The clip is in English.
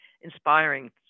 inspiring